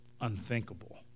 unthinkable